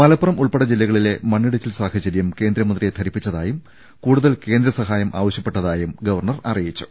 മലപ്പുറം ഉൾപ്പെടെ ജില്ലകളിലെ മണ്ണിടിച്ചിൽ സാഹചര്യം കേന്ദ്രമന്ത്രിയെ ധരിപ്പിച്ചതായും കൂടുതൽ കേന്ദ്ര സഹായം ആവശ്യപ്പെട്ടതായും ഗവർണർ അറി യിച്ചു